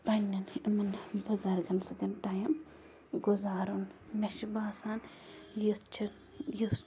پنٛنٮ۪ن یِمَن بُزرگَن سۭتۍ ٹایِم گُزارُن مےٚ چھُ باسان یِتھ چھُ یُس